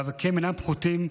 מאבקיהם אינם פחותים.